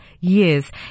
years